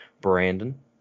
Brandon